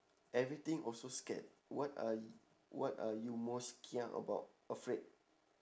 everything also scared what are y~ what are you most kia about afraid